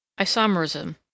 Isomerism